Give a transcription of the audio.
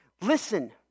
Listen